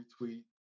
retweet